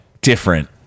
different